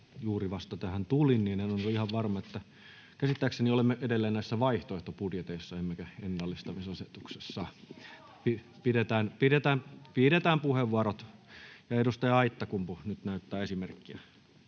juuri vasta tähän tulin, niin en ollut ihan varma, mutta käsittääkseni olemme edelleen näissä vaihtoehtobudjeteissa emmekä ennallistamisasetuksessa. [Sanna Antikainen: He aloittivat aiheesta!] Pidetään